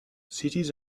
cities